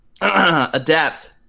adapt